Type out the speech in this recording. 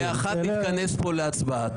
ב-13:00 נתכנס פה להצבעה.